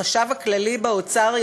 החשב הכללי באוצר,